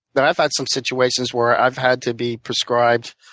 but i've had some situations where i've had to be prescribed